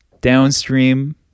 Downstream